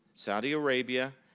saudi arabia,